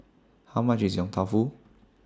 How much IS Yong Tau Foo